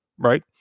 Right